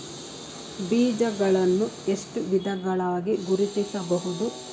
ಬೀಜಗಳನ್ನು ಎಷ್ಟು ವಿಧಗಳಾಗಿ ಗುರುತಿಸಬಹುದು?